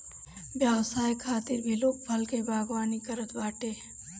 व्यवसाय खातिर भी लोग फल के बागवानी करत बाटे